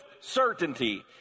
certainty